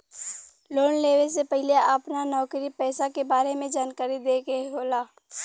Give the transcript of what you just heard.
Loan लेवे से पहिले अपना नौकरी पेसा के बारे मे जानकारी देवे के होला?